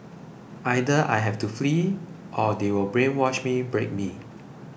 either I have to flee or they will brainwash me break me